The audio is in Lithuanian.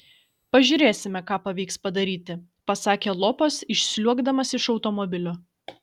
pažiūrėsime ką pavyks padaryti pasakė lopas išsliuogdamas iš automobilio